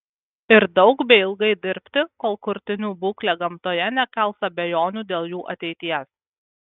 ir daug bei ilgai dirbti kol kurtinių būklė gamtoje nekels abejonių dėl jų ateities